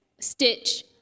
stitch